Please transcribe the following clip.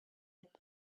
had